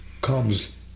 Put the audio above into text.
comes